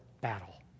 battle